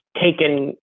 taken